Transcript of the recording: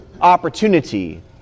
opportunity